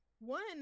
One